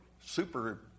super